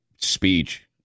speech